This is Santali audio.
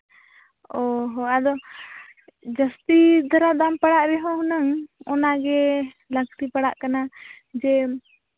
ᱚ ᱦᱳ ᱟᱫᱚ ᱡᱟᱹᱥᱛᱤ ᱫᱷᱟᱨᱟ ᱫᱟᱢ ᱯᱟᱲᱟᱜ ᱨᱮᱦᱚᱸ ᱦᱩᱱᱟᱹᱝ ᱚᱱᱟᱜᱮ ᱞᱟᱹᱠᱛᱤ ᱯᱟᱲᱟᱜ ᱠᱟᱱᱟ ᱡᱮ